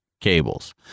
cables